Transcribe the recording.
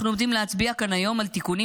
אנחנו עומדים להצביע כאן היום על תיקונים